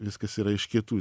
viskas yra iš kietų